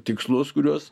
tikslus kuriuos